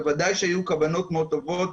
בוודאי שהיו כוונות מאוד טובות,